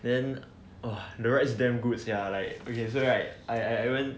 then !whoa! the rides damn good sia like okay so right I I went